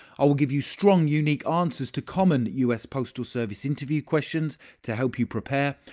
i will give you strong, unique answers to common us postal service interview questions to help you prepare.